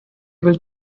able